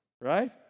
right